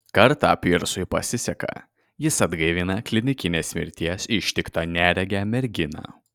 kartą pyrsui pasiseka jis atgaivina klinikinės mirties ištiktą neregę merginą